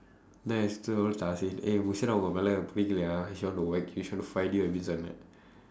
eh musharaffukku உன்ன வந்து பிடிக்கல:unna vandthu pidikkala she want to she want to fight with you this one-nu